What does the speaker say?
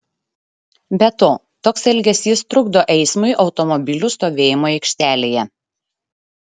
be to toks elgesys trukdo eismui automobilių stovėjimo aikštelėje